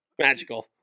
Magical